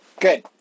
Good